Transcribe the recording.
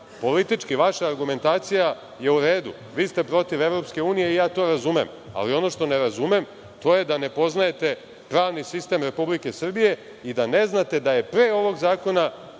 Politički vaša argumentacija je u redu, vi ste protiv EU, ja to razumem, ali ono što ne razumem to je da ne poznajete pravni sistem Republike Srbije i da ne znate da je pre ovog zakona